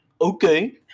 okay